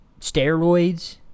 steroids